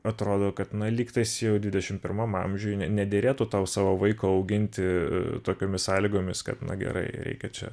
atrodo kad na lyg tais jau dvidešim pirmam amžiuj ne nederėtų tau savo vaiko auginti tokiomis sąlygomis kad na gerai reikia čia